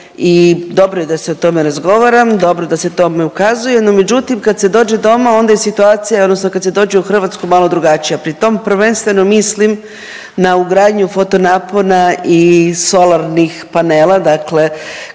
I dobro je da se o tome razgovara, dobro je da se o tome ukazuje, no međutim kad se dođe doma onda je situacija odnosno kad se dođe u Hrvatsku malo drugačija, pri tom prvenstveno mislim na ugradnju fotonapona i solarnih panela, dakle